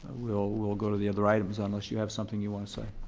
we'll we'll go to the other items unless you have something you want to say.